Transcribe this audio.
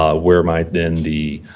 um where might, then, the